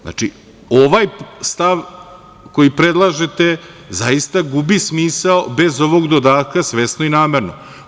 Znači, ovaj stav koji predlažete zaista gubi smisao bez ovog dodatka – svesno i namerno.